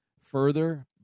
further